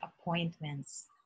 appointments